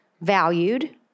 valued